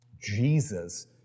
Jesus